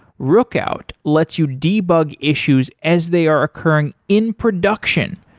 rookout lets you debug issues as they are occurring in production.